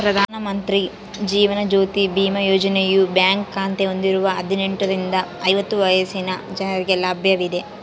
ಪ್ರಧಾನ ಮಂತ್ರಿ ಜೀವನ ಜ್ಯೋತಿ ಬಿಮಾ ಯೋಜನೆಯು ಬ್ಯಾಂಕ್ ಖಾತೆ ಹೊಂದಿರುವ ಹದಿನೆಂಟುರಿಂದ ಐವತ್ತು ವರ್ಷ ವಯಸ್ಸಿನ ಜನರಿಗೆ ಲಭ್ಯವಿದೆ